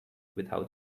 without